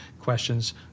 questions